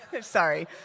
Sorry